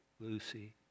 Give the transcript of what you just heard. Lucy